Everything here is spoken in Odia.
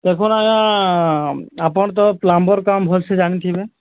ଦେଖୁନ୍ ଆଜ୍ଞା ଆପଣ୍ ତ ପ୍ଲମ୍ବର୍ କାମ୍ ଭଲ୍ସେ ଜାଣିଥିବେ